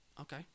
Okay